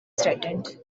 threatened